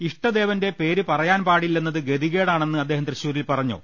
ഇഷ്ടദേവന്റെ പേര് പറയാൻ പാടില്ലെന്നത് ഗതികേടാണെന്ന് അദ്ദേഹം തൃശൂരിൽ പറഞ്ഞു